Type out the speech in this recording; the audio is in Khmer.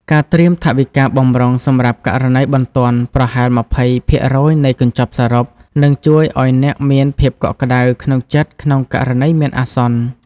ការត្រៀមថវិកាបម្រុងសម្រាប់ករណីបន្ទាន់ប្រហែល ២០ ភាគរយនៃកញ្ចប់សរុប នឹងជួយឱ្យអ្នកមានភាពកក់ក្តៅក្នុងចិត្តក្នុងករណីមានអាសន្ន។